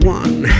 one